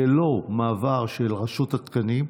ללא מעבר של רשות התקנים,